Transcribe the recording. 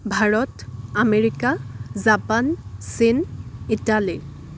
Bharat America Japan চীন Italy